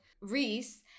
Reese